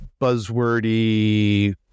buzzwordy